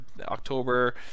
October